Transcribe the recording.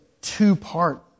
two-part